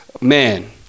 man